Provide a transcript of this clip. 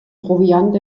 proviant